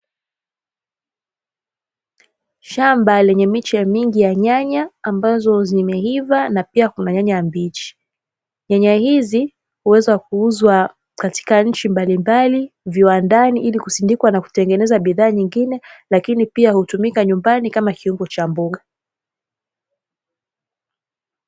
Shamba lenye miche mingi ya nyanya ambazo zimeiva na pia kuna nyanya mbichi. Nyanya hizi huweza kuuzwa katika nchi mbalimbali, viwandani hili kusindikwa na kutengenezwa bidhaa nyingine lakini pia hutumika nyumbani kama kiungo cha mboga.